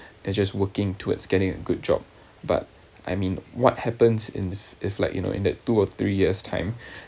they're just working to it's getting a good job but I mean what happens in if like you know in that two or three years' time